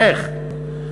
איך?